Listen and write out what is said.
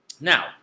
Now